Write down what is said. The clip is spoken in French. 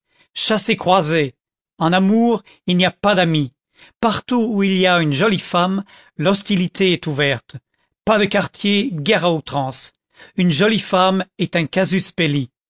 chassez-croisez en amour il n'y a pas d'amis partout où il y a une jolie femme l'hostilité est ouverte pas de quartier guerre à outrance une jolie femme est un casus belli